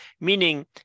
Meaning